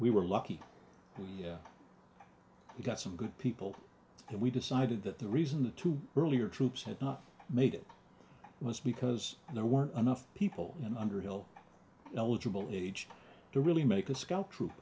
we were lucky we got some good people and we decided that the reason the two earlier troops had not made it was because there weren't enough people in underhill eligible age to really make a scout troop